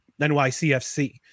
NYCFC